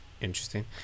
interesting